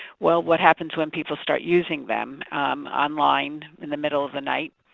well, what happens when people start using them online in the middle of the night?